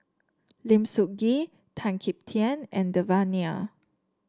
Lim Sun Gee Tan Kim Tian and Devan Nair